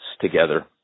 together